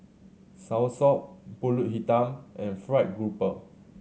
Soursop Pulut Hitam and fried grouper